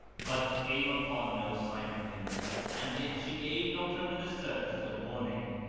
but came upon no sign of him and yet she gave not over the search till morning.